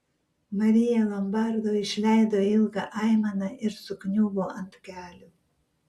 marija lombardo išleido ilgą aimaną ir sukniubo ant kelių